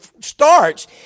starts